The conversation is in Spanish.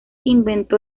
inventó